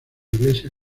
iglesia